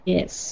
Yes